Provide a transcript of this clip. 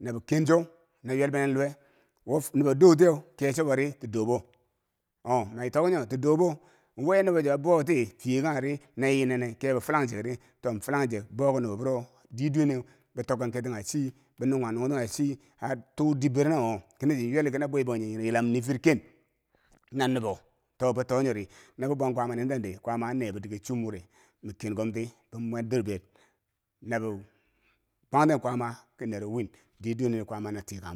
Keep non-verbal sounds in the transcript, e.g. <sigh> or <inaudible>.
nabi kencho na nywel bi nen luwe wof nubo doutiyi kechobori ki dubo oh- matok nyo tidoubo we nubocho abou tifiye kaugheri nayinene kebo filang checri tonfliang chec bouki nuboburo diye duwe neu be tokkan ketti kanghe chi be nunghan nughiti kanghe chi at to dii duweneu bi tok kan ker ti kanghe cii bi nunghan nunghi ti kanghe cii ar too dir bero nawo nachi yweli ki na bwe bangjinghe na yilam nii fiir ken <noise> na nubo to, bito nyori, na ki bwan kwaama niten di kwaama an nebo dike chuum wure ma ken kom ti bi mwet dor bet nabi bwangten kwaama ki neero wiin diye duweneri kwama na tikanbo.